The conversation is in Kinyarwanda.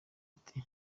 riti